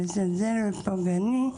מזלזל ופוגעני,